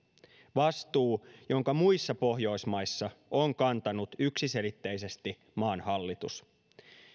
vastuu jonka muissa pohjoismaissa on kantanut yksiselitteisesti maan hallitus